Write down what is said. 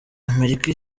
amerika